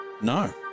No